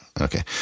okay